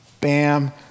bam